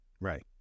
Right